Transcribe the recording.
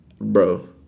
bro